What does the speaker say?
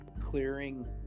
clearing